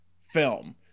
film